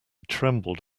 trembled